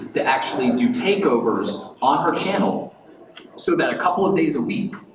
to actually do takeovers on her channel so that a couple of days a week,